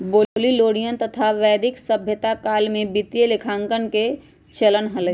Babylonian तथा वैदिक सभ्यता काल में वित्तीय लेखांकन के चलन हलय